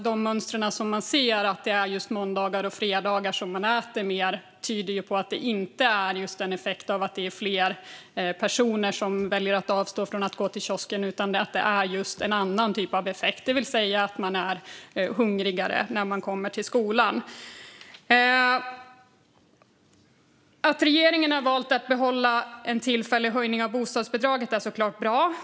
De mönster man ser, att det är just på måndagar och fredagar som barnen äter mer, tyder på att det inte är en effekt av att det är fler personer som väljer att avstå från att gå till kiosken utan en annan typ av effekt. Barnen är hungrigare när de kommer till skolan. Att regeringen har valt att behålla en tillfällig höjning av bostadsbidraget är såklart bra.